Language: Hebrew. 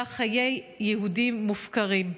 שבה חיי יהודים מופקרים.